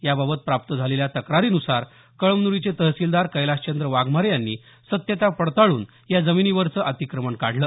याबाबत प्राप्त झालेल्या तक्रारीनुसार कळमनुरीचे तहसीलदार कैलाशचंद्र वाघमारे यांनी सत्यता पडताळून या जमिनीवरचं अतिक्रमण काढलं